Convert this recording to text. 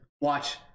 watch